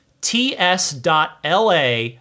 ts.la